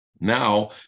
Now